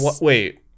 wait